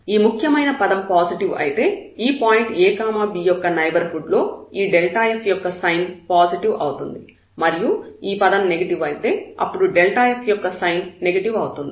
ఈ ముఖ్యమైన పదం పాజిటివ్ అయితే ఈ పాయింట్ a b యొక్క నైబర్హుడ్ లో ఈ f యొక్క సైన్ పాజిటివ్ అవుతుంది మరియు ఈ పదం నెగటివ్ అయితే అప్పుడు f యొక్క సైన్ నెగటివ్ అవుతుంది